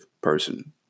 person